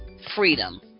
freedom